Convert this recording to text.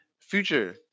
Future